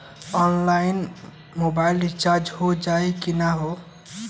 Online mobile recharge हो जाई की ना हो?